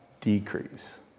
decrease